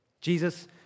Jesus